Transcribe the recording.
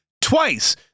twice